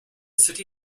city